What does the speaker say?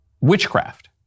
witchcraft